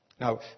Now